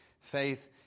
Faith